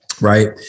right